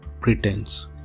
pretense